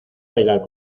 bailar